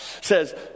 says